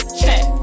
check